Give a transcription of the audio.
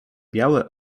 białe